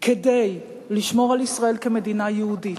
כדי לשמור על ישראל כמדינה יהודית,